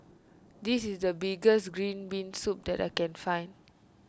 this is the best Green Bean Soup that I can find